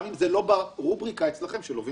שהגיעה לכ-130 מיליון